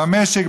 במשק,